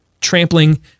trampling